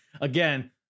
again